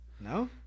No